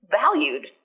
valued